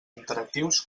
interactius